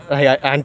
goosebumps eh